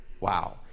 Wow